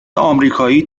امریکایی